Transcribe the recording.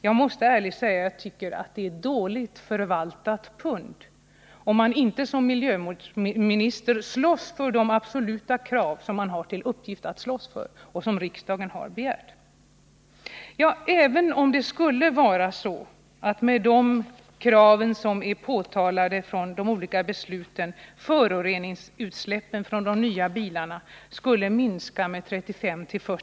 Jag måste säga att miljöministern förvaltar sitt pund dåligt, om han inte slåss för de krav som han har till uppgift att slåss för och för de åtgärder som riksdagen har Nr 131 begärt. Måndagen den Mot bakgrund av de krav som ställts och de olika beslut som fattats har det 28 april 1980 bl.a. införts särskilda krav på avgasrening när det gäller nya bilar.